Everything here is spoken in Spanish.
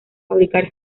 fabricar